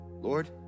Lord